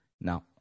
Now